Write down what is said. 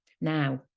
Now